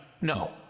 No